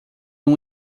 uma